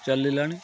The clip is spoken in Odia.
ଚାଲିଲାଣି